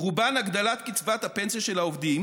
רובן הגדלת קצבת הפנסיה של העובדים"